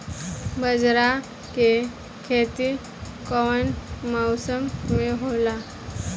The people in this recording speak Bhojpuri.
बाजरा के खेती कवना मौसम मे होला?